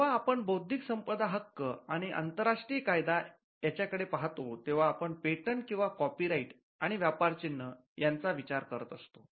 जेव्हा आपण बौद्धिक संपदा हक्क आणि आंतरराष्ट्रीय कायदा याच्या कडे पाहतो तेव्हा आपण पेटंट आणि कॉपीराइट आणि व्यापार चिन्ह यांचा विचार करत असतो